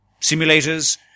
Simulators